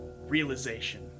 realization